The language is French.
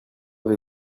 avez